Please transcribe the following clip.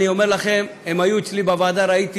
אני אומר לכם, הם היו אצלי בוועדה, ראיתי